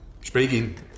Speaking